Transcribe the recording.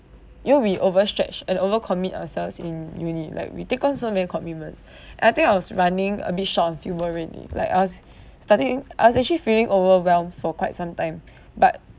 you'll be over stretch and over commit ourselves in uni like we take on so many commitments and I think I was running a bit short on fuel already like I was studying I was actually feeling overwhelmed for quite some time but